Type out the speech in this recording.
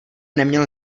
neměl